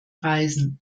reisen